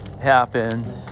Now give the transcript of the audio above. happen